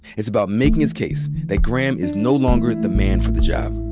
it's about making his case that graham is no longer the man for the job.